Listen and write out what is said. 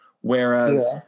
whereas